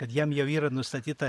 kad jam jau yra nustatyta